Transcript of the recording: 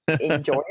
enjoy